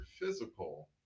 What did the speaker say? physical